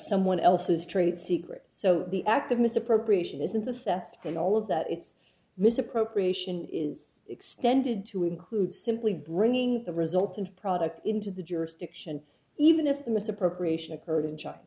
someone else's trade secret so the act of misappropriation isn't the seth and all of that it's misappropriation is extended to include simply bringing the result into product into the jurisdiction even if the misappropriation occurred in china